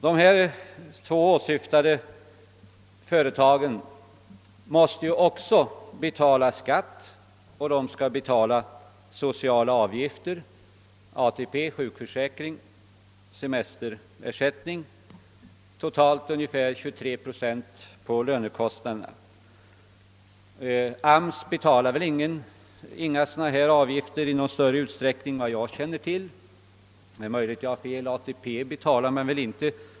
De två företag som jag syftar på måste ju också betala skatt, sociala avgifter, ATP, sjukförsäkring och semesterersättning, totalt ungefär 23 procent på lönekostnaderna. Såvitt jag känner till betalar AMS inga sådana avgifter i någon större utsträckning, men det är möjligt jag har fel. ATP betalar man väl inte.